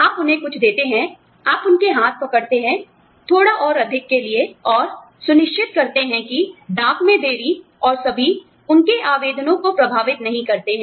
आप उन्हें कुछ देते हैं आप उनके हाथ पकड़ते हैं थोड़ा और अधिक के लिए और सुनिश्चित करते हैं कि डाक में देरी और सभी उनके आवेदनों को प्रभावित नहीं करते हैं